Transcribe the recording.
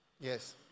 Yes